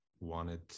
Wanted